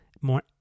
more